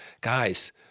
guys